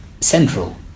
central